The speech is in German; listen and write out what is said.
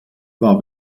war